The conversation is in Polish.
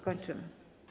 Kończymy.